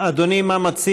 מה אדוני מציע?